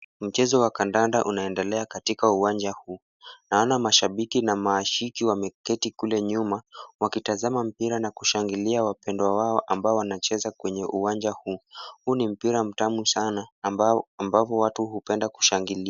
Mchezo wa kandanda unaendelea katika uwanja huu. Naona mashabiki na maashiki wameketi kule nyuma, wakitazama mpira na kushangilia wapendwa wao ambao wanacheza kwenye uwanja huu. Huu ni mpira mtamu sana ambapo watu hupenda kushangilia.